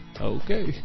Okay